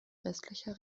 westlicher